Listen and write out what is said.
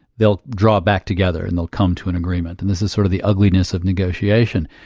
they'll draw back together and they'll come to an agreement and this is sort of the ugliness of negotiation.